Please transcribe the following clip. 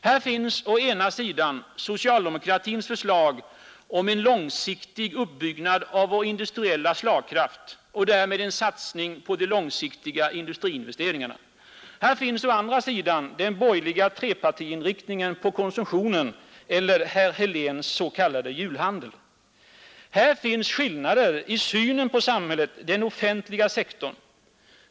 Här finns å ena sidan socialdemokratins förslag om en långsiktig uppbyggnad av vår industriella slagkraft och därmed en satsning på de långsiktiga industriinvesteringarna. Här finns å andra sidan den borgerliga trepartiinriktningen på konsumtionen eller herr Heléns s.k. julhandel. Här finns skillnader i synen på samhället, den offentliga sektorn.